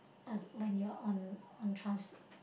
uh when you are on on trans~